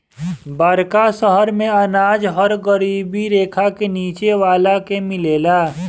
बड़का शहर मेंअनाज हर गरीबी रेखा के नीचे वाला के मिलेला